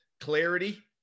clarity